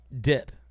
Dip